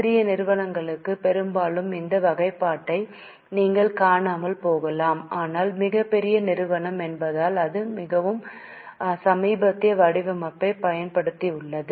சிறிய நிறுவனங்களுக்கு பெரும்பாலும் இந்த வகைப்பாட்டை நீங்கள் காணாமல் போகலாம் ஆனால் மிகப் பெரிய நிறுவனம் என்பதால் இது மிகவும் சமீபத்திய வடிவமைப்பைப் பயன்படுத்தியுள்ளது